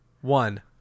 one